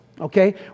okay